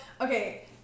okay